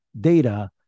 data